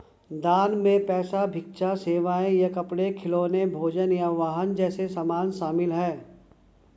दान में पैसा भिक्षा सेवाएं या कपड़े खिलौने भोजन या वाहन जैसे सामान शामिल हैं